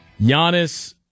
Giannis